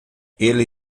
ele